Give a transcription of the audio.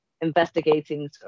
investigating